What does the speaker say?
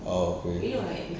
oh okay